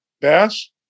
Bass